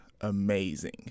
amazing